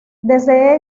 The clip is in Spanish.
desde